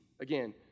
again